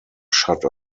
shut